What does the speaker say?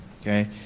okay